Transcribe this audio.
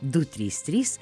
du trys trys